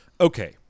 okay